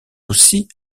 aussi